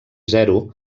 zero